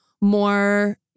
more